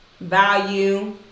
value